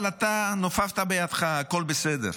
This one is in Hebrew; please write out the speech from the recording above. אבל אתה נופפת בידך: הכול בסדר.